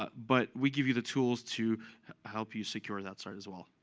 but but we give you the tools to help you secure that side, as well.